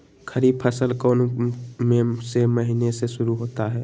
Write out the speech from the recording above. खरीफ फसल कौन में से महीने से शुरू होता है?